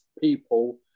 people